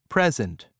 Present